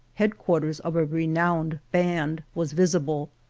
head-quarters of a renowned band, was visible.